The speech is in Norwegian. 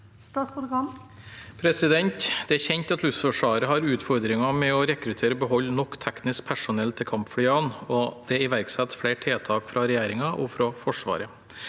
Det er kjent at Luftforsvaret har utfordringer med å rekruttere og beholde nok teknisk personell til kampflyene, og det er iverksatt flere tiltak fra regjeringen og fra Forsvaret.